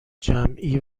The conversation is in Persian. جمعی